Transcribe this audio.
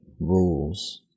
rules